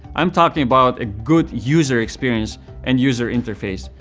i'm talking about good user experience and user interface,